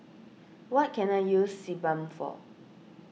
what can I use Sebamed for